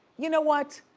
you know what?